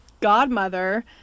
godmother